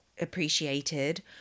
appreciated